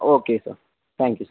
okay sir thank you sir